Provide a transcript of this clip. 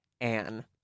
Anne